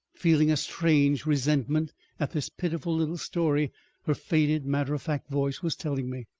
feeling a strange resentment at this pitiful little story her faded, matter-of-fact voice was telling me.